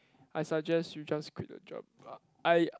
I suggest you just quit the job I